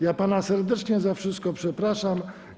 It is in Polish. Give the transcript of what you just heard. Ja pana serdecznie za wszystko przepraszam.